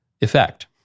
effect